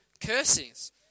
cursings